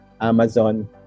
amazon